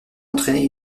entraîner